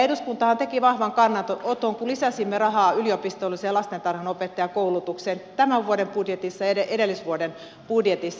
eduskuntahan teki vahvan kannanoton kun lisäsimme rahaa yliopistolliseen lastentarhanopettajakoulutukseen tämän vuoden budjetissa ja edellisvuoden budjetissa